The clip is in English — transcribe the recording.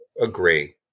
agree